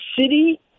city